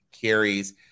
carries